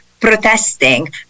protesting